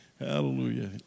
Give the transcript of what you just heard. Hallelujah